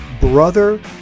Brother